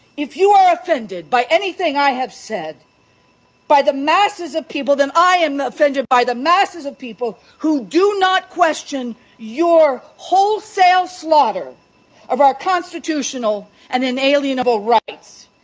if you are offended by anything i have said by the masses of people that i am offended by the masses of people who do not question your wholesale slaughter of our constitutional and inalienable rights.